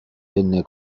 venne